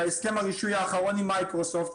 בהסכם הרישוי האחרון עם מייקרוסופט,